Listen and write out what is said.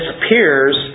disappears